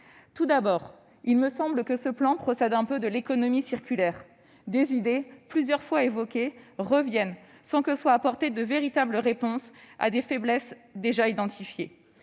Tout d'abord, il me semble que ce plan procède un peu de l'économie circulaire : des idées plusieurs fois évoquées reviennent sans que soient apportées de véritables réponses à des faiblesses déjà identifiées.